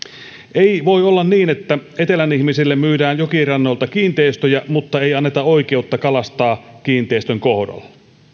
ei voi olla niin että etelän ihmisille myydään jokirannoilta kiinteistöjä mutta ei anneta oikeutta kalastaa kiinteistön kohdalla